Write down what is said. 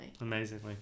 amazingly